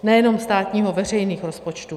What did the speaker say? Nejenom státního, veřejných rozpočtů.